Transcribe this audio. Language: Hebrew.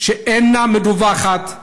שאינה מדווחת,